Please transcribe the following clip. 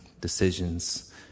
decisions